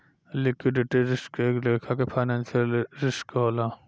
liquidity risk एक लेखा के फाइनेंशियल रिस्क होला